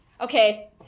Okay